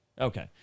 Okay